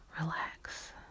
relax